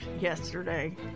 yesterday